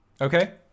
Okay